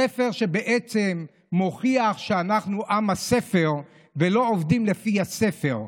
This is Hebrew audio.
ספר שבעצם מוכיח שאנחנו עם הספר ולא עובדים לפי הספר,